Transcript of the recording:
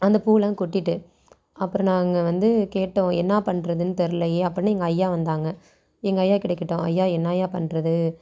அந்த பூவெலாம் கொட்டிட்டு அப்புறம் நாங்கள் வந்து கேட்டோம் என்ன பண்ணுறதுனு தெரிலயே அப்புடினு எங்கள் ஐயா வந்தாங்க எங்கள் ஐயாக்கிட்ட கேட்டோம் ஐயா என்னயா பண்ணுறது